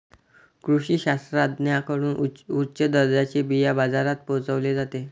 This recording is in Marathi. कृषी शास्त्रज्ञांकडून उच्च दर्जाचे बिया बाजारात पोहोचवले जाते